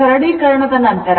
ಸರಳೀಕರಣದ ನಂತರ 0